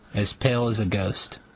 as pale as a ghost.